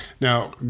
Now